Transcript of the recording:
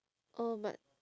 oh but